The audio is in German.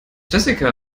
jessica